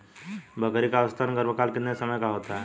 बकरी का औसतन गर्भकाल कितने समय का होता है?